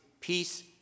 peace